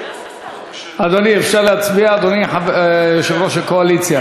אדוני יושב-ראש הקואליציה.